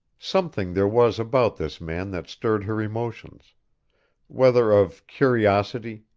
something there was about this man that stirred her emotions whether of curiosity,